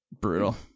Brutal